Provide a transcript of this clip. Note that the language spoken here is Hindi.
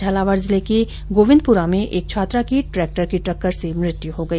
झालावाड जिले के गोविन्दपुरा में एक छात्रा की ट्रेक्टर की टक्कर से मृत्यु हो गई